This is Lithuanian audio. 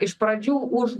iš pradžių už